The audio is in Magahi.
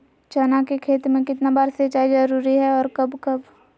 चना के खेत में कितना बार सिंचाई जरुरी है और कब कब?